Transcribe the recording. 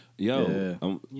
Yo